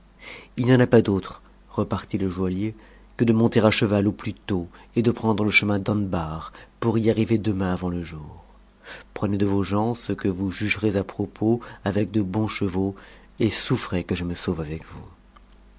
ii n'y en a pas d'autre repartit le j ftict que de monter à cheval au plus tôt et de prendre le chemin d'anbar pour y arriver demain avant le jour prenez de vos gens ce quo vous jugerez à propos avec de bons chevaux et souffrez que je me sau avecvous